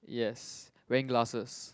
yes wearing glasses